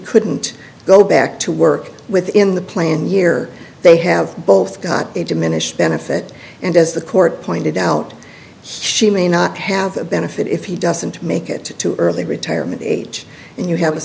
couldn't go back to work within the plan year they have both got a diminished benefit and as the court pointed out she may not have the benefit if he doesn't make it too early retirement age and you have